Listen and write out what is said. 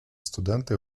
студенти